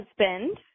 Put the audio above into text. husband